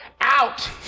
out